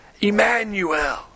Emmanuel